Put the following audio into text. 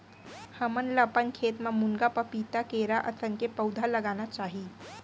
हमन ल अपन खेत म मुनगा, पपीता, केरा असन के पउधा लगाना चाही